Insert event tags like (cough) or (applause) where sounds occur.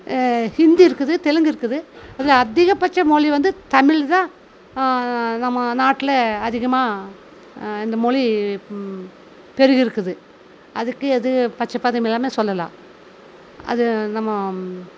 ஹிந்தி இருக்குது தெலுங்கு இருக்குது அது அதிகப்பட்ச மொழி வந்து தமிழ் தான் நம்ம நாட்டில் அதிகமாக இந்த மொழி பெருகியிருக்குது அதுக்கு எது பச்ச (unintelligible) எல்லாம் சொல்லலாம் அது நம்ம